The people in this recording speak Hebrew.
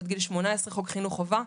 עד גיל 18 חוק חינוך חובה?